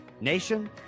Nation